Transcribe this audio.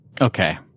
Okay